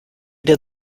did